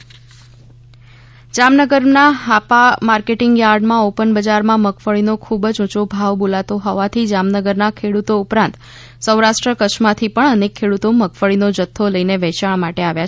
જામનગરમાં મગફળીની ખરીદી જામનગરમાં હાપા માર્કેટીંગ યાર્ડના ઓપન બજારમાં મગફળીનો ખૂબ જ ઉંચો ભાવ બોલાતો હોવાથી જામનગરના ખેડૂતો ઉપરાંત સૌરાષ્ટ્ર કચ્છમાંથી પણ અનેક ખેડૂતો મગફળીનો જથ્થો લઇને વેચાણ માટે આવ્યા